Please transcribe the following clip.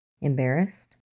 Embarrassed